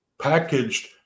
packaged